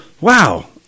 wow